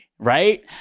Right